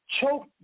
choke